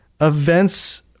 events